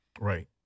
Right